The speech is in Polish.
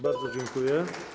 Bardzo dziękuję.